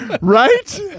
Right